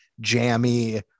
jammy